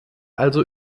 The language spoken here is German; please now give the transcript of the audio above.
also